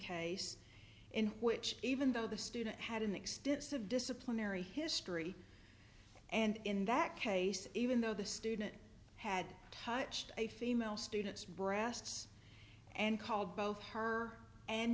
case in which even though the student had an extensive disciplinary history and in that case even though the student had touched a female students breasts and called both her and